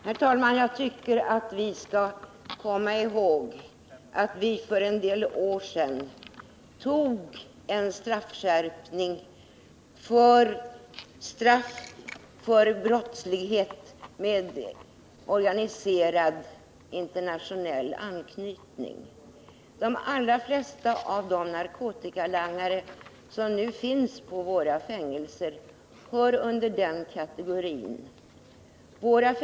Herr talman! Vi bör ha i minnet att vi för några år sedan fattade beslut om straffskärpning när det gäller brottslighet med organiserad internationell anknytning. De allra flesta av de narkotikalangare som nu finns på våra fängelser hör till den kategorin.